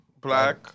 black